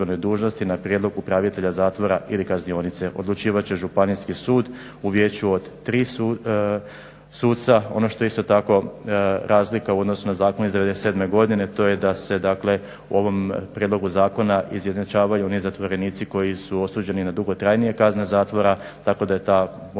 na prijedlog upravitelja zatvora ili kaznionice. Odlučivat će Županijski sud u vijeću od 3 suca. Ono što je isto tako razlika u odnosu na zakon iz '97. godine to je da se, dakle u ovom prijedlogu zakona izjednačavaju oni zatvorenici koji su osuđeni na dugotrajnije kazne zatvora tako da je ta možemo